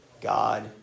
God